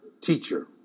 teacher